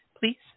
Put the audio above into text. please